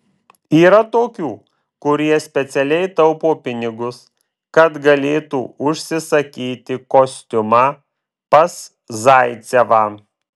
yra tokių kurie specialiai taupo pinigus kad galėtų užsisakyti kostiumą pas zaicevą